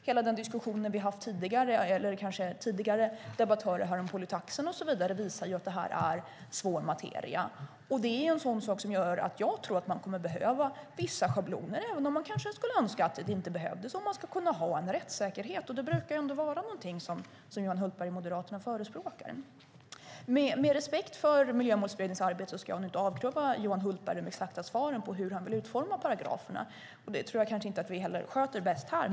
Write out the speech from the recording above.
Hela den diskussion som tidigare debattörer har haft om polytaxen och så vidare visar ju att det här är svår materia, och det är en sådan sak som gör att jag tror att man kommer att behöva vissa schabloner om man ska kunna ha en rättssäkerhet, även om man kanske skulle önska att det inte behövdes. Och rättssäkerhet är ju någonting som Johan Hultberg, Moderaterna, brukar förespråka. Med respekt för Miljömålsberedningens arbete ska jag nu inte avkräva Johan Hultberg de exakta svaren på hur han vill utforma paragraferna, och det tror jag kanske inte heller att vi sköter bäst här.